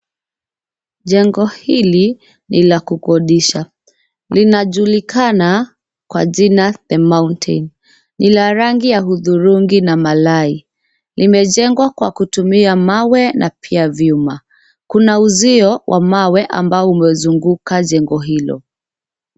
Jengo hili ni la kukodisha. Linajulikana kwa jina The Mountain . Ni la rangi ya hudhurungi na malai. Limejengwa kwa kutumia mawe na pia vyuma. Kuna uzio wa mawe ambao umezunguka jengo hilo.